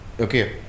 Okay